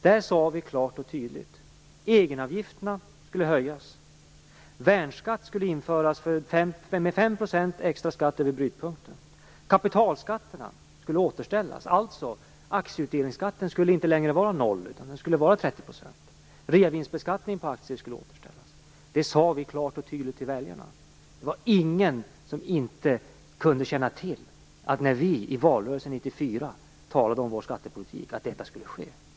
Där sade vi klart och tydligt att egenavgifterna skulle höjas. Värnskatt skulle införas med 5 % extra skatt över brytpunkten. Kapitalskatterna skulle återställas. Aktieutdelningsskatten skulle alltså inte längre vara 0 %, utan den skulle vara 30 %. Detta sade vi klart och tydligt till väljarna. Det var ingen som, när vi i valrörelsen 1994 talade om vår skattepolitik, inte kunde känna till att detta skulle ske.